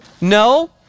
No